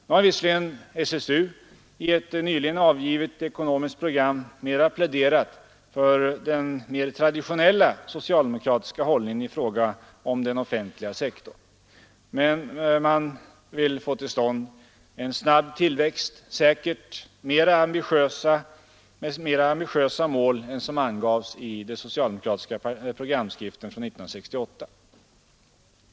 Nu har visserligen SSU i ett nyligen avgivet ekonomiskt program pläderat för den mer traditionella socialdemokratiska hållningen i fråga om den offentliga sektorn. Man vill få till stånd en snabb tillväxt — säkert mera ambitiösa mål än vad som angavs i den socialdemokratiska programskriften från 1968.